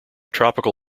tropical